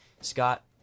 Scott